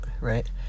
right